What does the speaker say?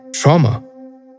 trauma